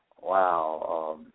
Wow